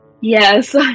Yes